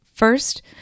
First